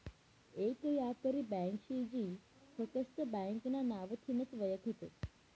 येक यापारी ब्यांक शे जी फकस्त ब्यांकना नावथीनच वयखतस